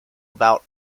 about